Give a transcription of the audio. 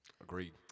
Agreed